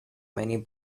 many